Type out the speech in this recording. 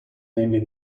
namely